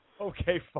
Okay